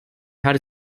her